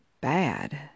bad